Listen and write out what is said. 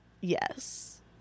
yes